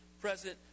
present